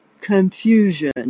confusion